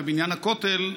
ובעניין הכותל,